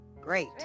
Great